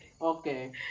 okay